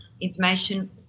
information